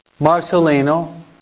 Marcelino